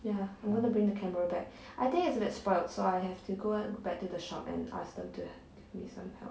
ya I'm going to bring the camera back I think it's a bit spoilt so I have to go back to the shop and ask them to give me some help